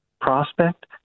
prospect